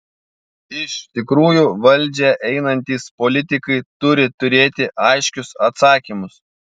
iš tikrųjų valdžią einantys politikai turi turėti aiškius atsakymus